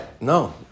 No